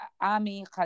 Ami